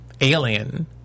alien